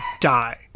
die